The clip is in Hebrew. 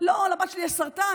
לא, לבת שלי יש סרטן.